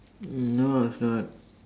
no it's not